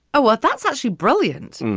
well, that's actually brilliant.